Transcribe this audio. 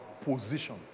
position